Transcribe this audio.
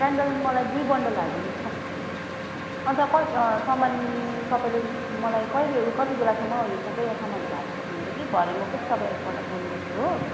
candle मलाई दुई bundle हालिदिनुहोस् न अन्त कति सामान तपाईँले मलाई कहिले कति बेलासम्म यो सबै सामानहरू हाली सक्नुहुन्छ कि भरे म फेरि तपाईँलाई एकपल्ट फोन गर्छु हो